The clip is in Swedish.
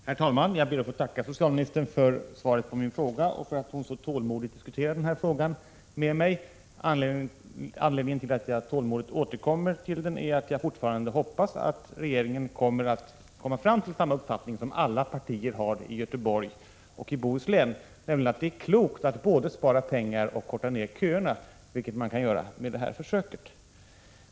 Herr talman! Jag ber att få tacka socialministern för svaret på min fråga och för att hon så tålmodigt har diskuterat den med mig. Anledningen till att jag tålmodigt återkommer till frågan är den att jag fortfarande hoppas att regeringen skall komma fram till samma uppfattning som den som alla partier har i Göteborgs och Bohus län, nämligen att det är klokt både att spara pengar och att förkorta köerna, vilket man skulle kunna göra med det här försöket.